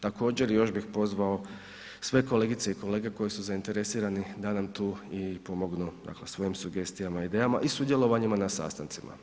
Također još bih pozvao sve kolegice i kolege koji su zainteresirani da nam tu i pomognu svojim sugestijama i idejama i sudjelovanjima na sastancima.